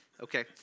okay